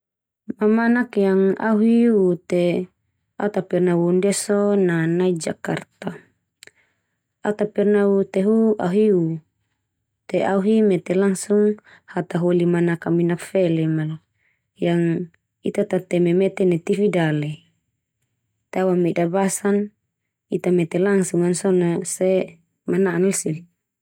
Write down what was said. Mamanak yang au hi u te au ta pernah u ndia so na nai Jakarta. Au ta pernah u te hu au hi u, te au hi mete langsung hataholi manakaminak felem al yang ita tateme meten nai tivi dale, te au ameda basan ita mete langsung an so na se mana'an nan seli.